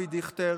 אבי דיכטר,